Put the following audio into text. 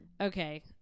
okay